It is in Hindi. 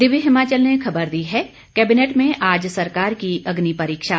दिव्य हिमाचल ने खबर दी है कैबिनेट में आज सरकार की अग्निपरीक्षा